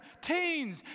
teens